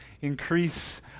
Increase